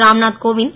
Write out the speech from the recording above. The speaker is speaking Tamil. ராம்நாத் கோவிந்த்